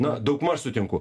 na daugmaž sutinku